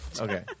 Okay